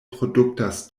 produktas